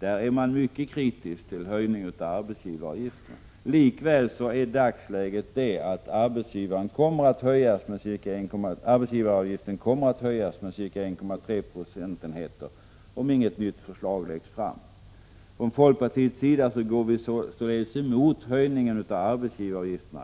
Där är regeringen mycket kritisk till en höjning av arbetsgivaravgiften. Likväl är läget det att arbetsgivaravgiften kommer att höjas med ca. 1,3 procentenheter, om inget nytt förslag läggs fram. Folkpartiet går således emot höjningen av arbetsgivaravgifterna.